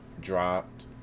dropped